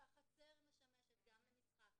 עצמנו כל פעם מחדש,